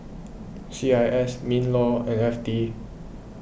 C I S MinLaw and F T